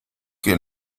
que